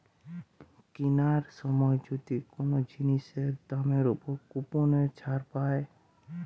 কিনার সময় যদি কোন জিনিসের দামের উপর কুপনের ছাড় পায়